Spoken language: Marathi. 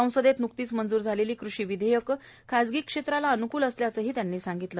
संसदेत नुकतीच मंजूर झालेली कृषी विधेयक खासगी क्षेत्राला अन्कूल असल्याचेही त्यांनी सांगितले